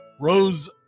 rose